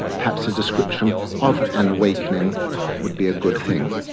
perhaps a description of an awakening would be a good thing.